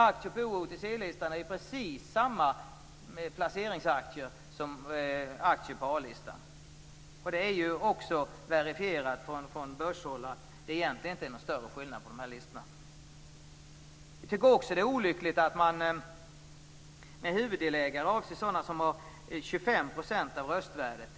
Aktierna på O-listan och OTC-listan är placeringsaktier i lika hög grad som de på A-listan. Från börshåll har det verifierats att det egentligen inte är någon större skillnad på listorna. Vi tycker också att det är olyckligt att man med huvuddelägare avser sådana som har 25 % av röstvärdet.